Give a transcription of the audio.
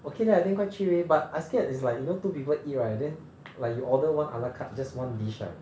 okay leh I think quite cheap eh but I scared it's like you know two people eat right then like you order one a la carte just one dish right